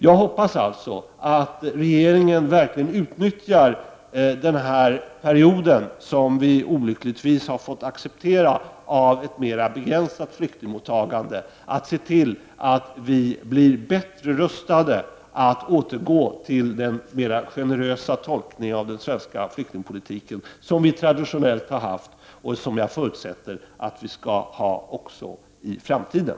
Jag hoppas alltså att regeringen verkligen utnyttjar den här perioden med ett mer begränsat flyktingmottagande, som vi olyckligtvis har fått acceptera, för att se till att vi i Sverige blir bättre rustade att återgå till den mer generösa tolkningen av den svenska flyktingpolitiken som vi traditionellt har haft och som jag förutsätter att vi skall ha också i framtiden.